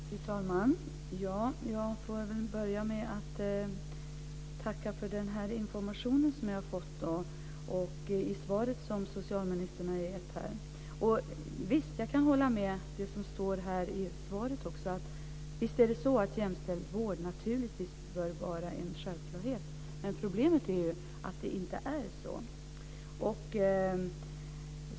Fru talman! Jag får börja med att tacka för den information jag har fått från socialministern. Visst, jag kan hålla med om det som sades i svaret. Visst är det så att jämställd vård naturligtvis bör vara en självklarhet. Problemet är att det inte är så.